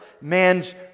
Man's